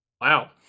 Wow